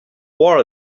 war